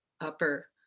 upper